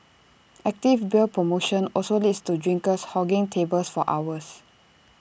active beer promotion also leads to drinkers hogging tables for hours